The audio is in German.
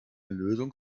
lösung